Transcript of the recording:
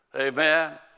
Amen